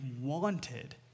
wanted